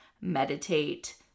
meditate